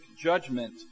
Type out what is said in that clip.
judgment